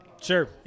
Sure